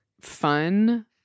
fun